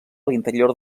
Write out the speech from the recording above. l’interior